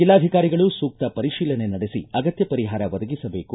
ಜಿಲ್ಲಾಧಿಕಾರಿಗಳು ಸೂಕ್ತ ಪರಿಶೀಲನೆ ನಡೆಸಿ ಅಗತ್ಯ ಪರಿಹಾರ ಒದಗಿಸಬೇಕು